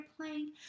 playing